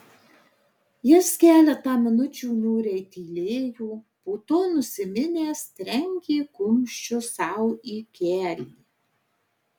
jis keletą minučių niūriai tylėjo po to nusiminęs trenkė kumščiu sau į kelį